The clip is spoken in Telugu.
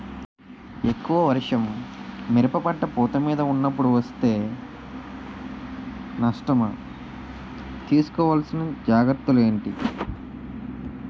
ఎక్కువ వర్షం మిరప పంట పూత మీద వున్నపుడు వేస్తే నష్టమా? తీస్కో వలసిన జాగ్రత్తలు ఏంటి?